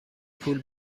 پول